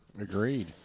Agreed